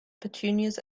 petunias